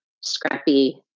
scrappy